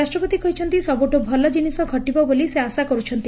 ରାଷ୍ଟ୍ରପତି କହିଥିଲେ ସବୁଠୁ ଭଲ ଜିନିଷ ଘଟିବ ବୋଲି ସେ ଆଶା କରୁଛନ୍ତି